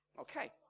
Okay